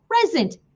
present